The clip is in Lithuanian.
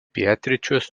pietryčius